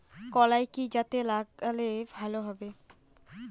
কলাই কি জাতে লাগালে ভালো হবে?